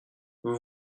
vous